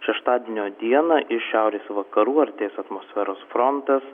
šeštadienio dieną iš šiaurės vakarų artės atmosferos frontas